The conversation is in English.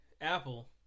Apple